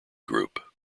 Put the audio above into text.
group